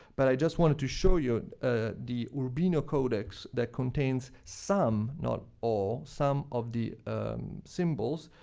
but i just wanted to show you ah the urbino codex that contains some not all some of the symbols,